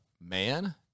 man